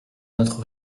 notre